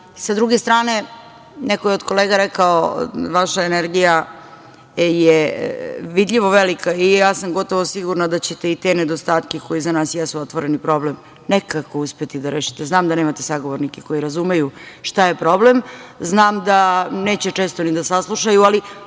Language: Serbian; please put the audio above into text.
sa druge strane, neko je od kolega rekao, vaša energija je vidljivo velika i ja sam gotovo sigurna da ćete i te nedostatke koji za nas jesu otvoreni problem nekako uspeti da rešite. Znam da nemate sagovornike koji razumeju šta je problem, znam da neće često ni da saslušaju, ali